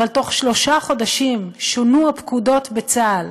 אבל בתוך שלושה חודשים שונו הפקודות בצה"ל